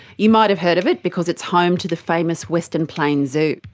you might have heard of it because it's home to the famous western plains zoo.